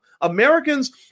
Americans